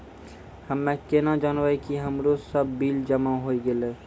हम्मे केना जानबै कि हमरो सब बिल जमा होय गैलै?